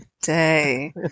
day